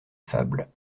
fable